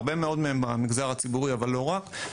הרבה מאוד מהם במגזר הציבורי אבל לא רק,